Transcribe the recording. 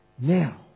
now